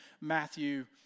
Matthew